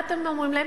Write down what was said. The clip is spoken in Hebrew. מה אתם אומרים להם?